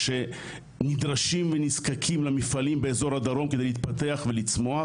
שנדרשים ונזקקים למפעלים באזור הדרום כדי להתפתח ולצמוח,